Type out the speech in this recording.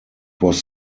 was